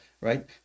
right